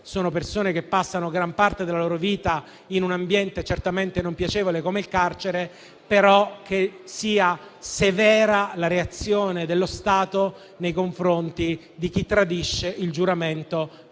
sono persone che passano gran parte della loro vita in un ambiente certamente non piacevole come il carcere. Auspico però che la reazione dello Stato nei confronti di chi tradisce il giuramento fatto alla